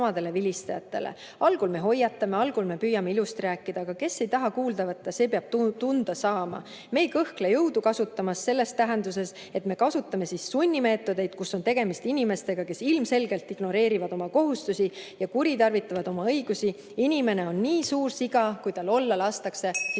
Aga .. kes ei taha kuulda võtta, see peab tunda saama .. Ja me ei kõhkle jõudu kasutamast selles tähenduses, et me kasutame siis sunnimeetodeid .. kui tegemist on inimestega, kes ilmselgelt ignoreerivad oma kohustusi ja kuritarvitavad oma õigusi .. inimene on nii suur siga, kui olla lastakse." Täpsustav